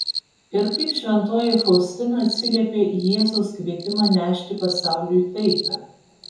ir kaip šventoji faustina atsiliepė į jėzaus kvietimą nešti pasauliui taiką